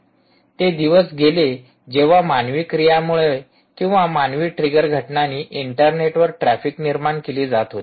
ते दिवस गेले जेव्हा मानवी क्रियामुळे किंवा मानवी ट्रिगर घटनांनी इंटरनेटवर ट्रॅफिक निर्माण केली जात होती